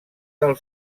del